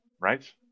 right